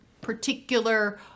particular